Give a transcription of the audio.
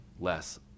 less